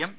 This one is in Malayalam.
M V